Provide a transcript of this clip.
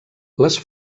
les